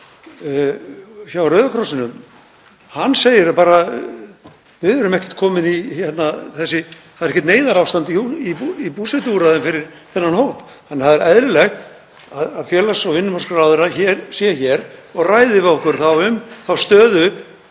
sé hér og ræði við okkur um þá stöðu